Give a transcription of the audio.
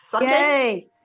Yay